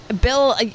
Bill